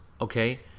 okay